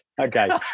Okay